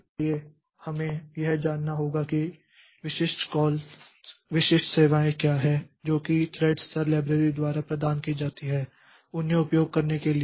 इसलिए हमें यह जानना होगा कि विशिष्ट कॉल विशिष्ट सेवाएं क्या हैं जो कि थ्रेड स्तर लाइब्रेरी द्वारा प्रदान की जाती हैं उन्हें उपयोग करने के लिए